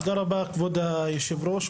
תודה רבה כבוד יושב הראש.